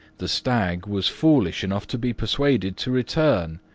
the stag was foolish enough to be persuaded to return,